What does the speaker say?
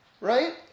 Right